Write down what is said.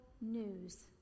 news